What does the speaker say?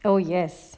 oh yes